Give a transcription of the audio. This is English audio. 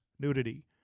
nudity